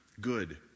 good